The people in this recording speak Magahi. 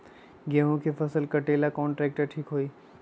गेहूं के फसल कटेला कौन ट्रैक्टर ठीक होई?